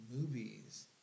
movies